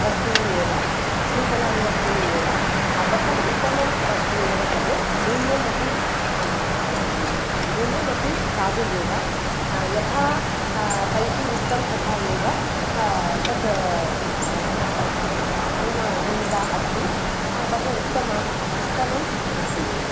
वस्तूनि एव नूतनानि वस्तूनि एव बहु उत्तमं वस्तु एव तद् मूल्यमपि मूल्यमपि साधुः एव यथा तैः उक्तं तथा एव तत् हैमिका हैमिका अस्ति बहु उत्तमा उत्तमं वस्तु एव